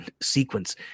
sequence